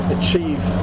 achieve